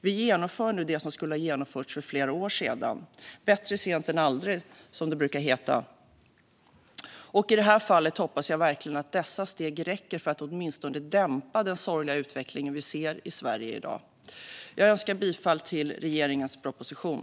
Vi genomför nu det som skulle genomförts för flera år sedan - bättre sent än aldrig, som det heter. Jag hoppas verkligen att dessa steg räcker för att åtminstone dämpa den sorgliga utvecklingen vi ser i Sverige i dag. Jag yrkar bifall till regeringens proposition.